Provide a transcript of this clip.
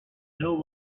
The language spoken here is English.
know